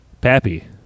Pappy